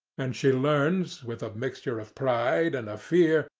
and she learns, with a mixture of pride and of fear,